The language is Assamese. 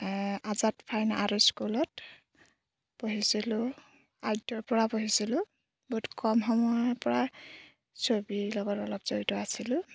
আজাদ ফাইন আৰ্ট স্কুলত পঢ়িছিলোঁ পৰা পঢ়িছিলোঁ বহুত কম সময়ৰ পৰা ছবিৰ লগত অলপ জড়িত আছিলোঁ